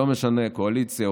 לא משנה קואליציה,